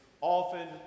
often